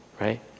Right